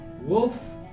Wolf